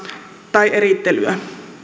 tai erittelyä